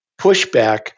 pushback